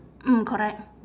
mm correct